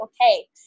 okay